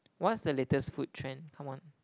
what's the latest food trend come on